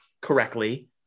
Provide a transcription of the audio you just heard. correctly